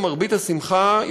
למרבה השמחה,